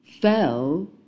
fell